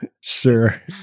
sure